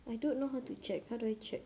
I don't know how to check how do I check